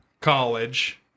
college